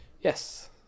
Yes